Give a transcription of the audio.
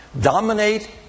dominate